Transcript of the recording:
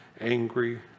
angry